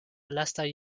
lastaj